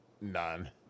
none